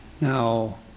Now